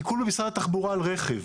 עיקול במשרד התחבורה על רכב,